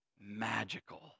magical